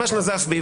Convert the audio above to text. ממש נזף בי,